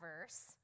verse